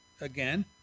again